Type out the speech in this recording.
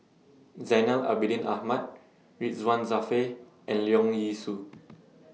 Zainal Abidin Ahmad Ridzwan Dzafir and Leong Yee Soo